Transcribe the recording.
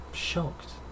shocked